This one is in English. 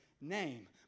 name